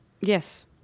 yes